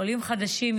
עולים חדשים,